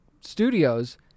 Studios